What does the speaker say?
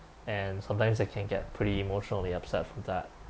and sometimes I can get pretty emotionally upset for that